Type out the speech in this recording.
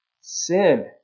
sin